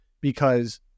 because-